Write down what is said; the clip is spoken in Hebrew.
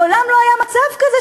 מעולם לא היה מצב כזה,